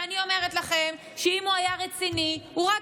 ואני אומרת לכם שאם הוא היה רציני הוא רק